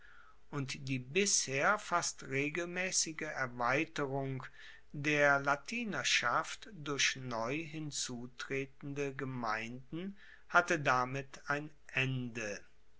und die bisher fast regelmaessige erweiterung der latinerschaft durch neu hinzutretende gemeinden hatte damit ein ende